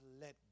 let